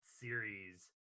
series